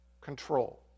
control